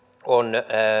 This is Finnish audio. on